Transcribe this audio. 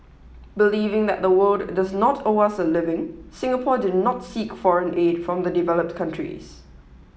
believing that the world does not owe us a living Singapore did not seek foreign aid from the developed countries